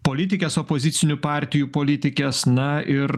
politikės opozicinių partijų politikės na ir